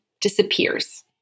disappears